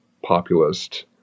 populist